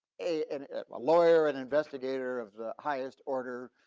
a and lawyer and investigator of the highest order,